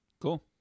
Cool